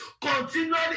Continually